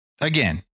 again